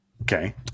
Okay